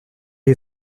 est